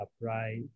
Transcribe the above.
upright